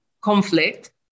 conflict